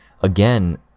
Again